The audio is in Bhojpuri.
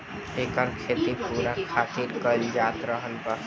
एकर खेती पूरा इतिहास में औधोगिक रेशा बीया के तेल खातिर कईल जात रहल बा